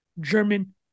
German